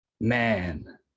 man